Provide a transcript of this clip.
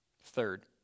Third